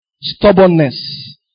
Stubbornness